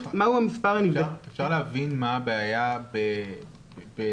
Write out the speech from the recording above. אפשר להבין מה הבעיה בנתונים?